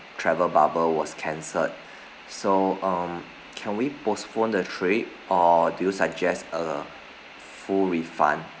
travel bubble was cancelled so um can we postpone the trip or do you suggest a full refund